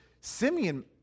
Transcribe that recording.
Simeon